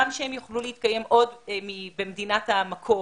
גם שהם יוכלו להתקיים עוד במדינת המקור,